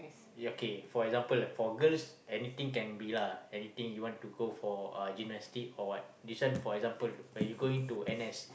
okay for example for girls anything can be lah anything you want to go for uh gymnastics or what this one for example when you going to N_S